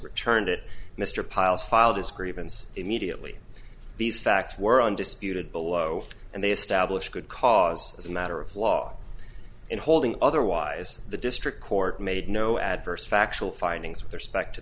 returned it mr pyles filed his grievance immediately these facts were undisputed below and they established good cause as a matter of law in holding otherwise the district court made no adverse factual finding there speck to